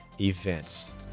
events